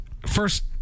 First